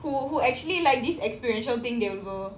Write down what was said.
who who actually like this experiential thing they will go